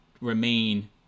remain